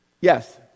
Yes